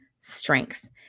strength